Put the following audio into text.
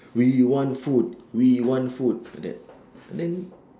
we want food we want food like that I think